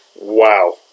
Wow